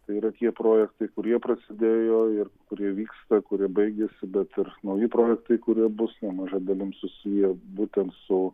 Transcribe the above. tai yra tie projektai kurie prasidėjo ir kurie vyksta kurie baigiasi bet ir nauji projektai kurie bus nemaža dalim susiję būtent su